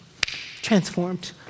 transformed